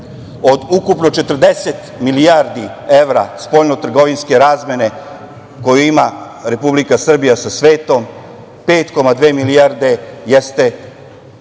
Od ukupno 40 milijardi evra spoljnotrgovinske razmene koju ima Republika Srbija sa svetom, 5,2 milijarde jeste